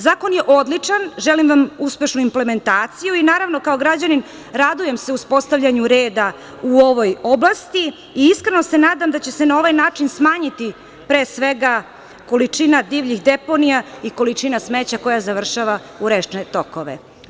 Zakon je odličan, želim vam uspešnu implementaciju i naravno kao građanin, radujem se uspostavljanju reda u ovoj oblasti i iskreno se nadam da će se na ovaj način smanjiti, pre svega, količina divljih deponija i količina smeća koja završava u rečne tokove.